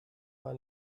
war